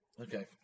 Okay